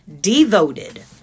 Devoted